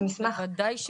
בוודאי שכן.